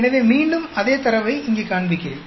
எனவே மீண்டும் அதே தரவை இங்கே காண்பிக்கிறேன்